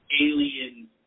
Alien